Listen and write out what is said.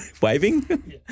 waving